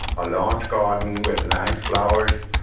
a large garden with nice flowers,